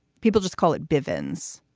people just call it bivins.